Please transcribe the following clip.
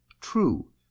true